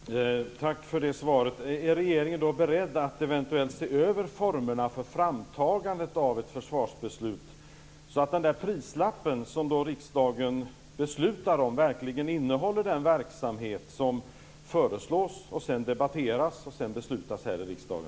Fru talman! Tack för det svaret. Är regeringen då beredd att eventuellt se över formerna för framtagandet av ett försvarsbeslut, så att den där prislappen som riksdagen beslutar om verkligen innehåller den verksamhet som föreslås, debatteras och sedan beslutas om här i riksdagen?